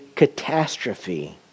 catastrophe